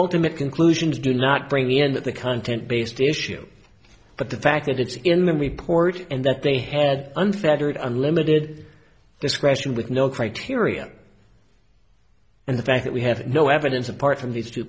ultimate conclusions do not bring the end of the content based issue but the fact that it's in the report and that they had unfettered unlimited discretion with no criteria and the fact that we have no evidence apart from these two